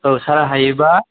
सारा हायोब्ला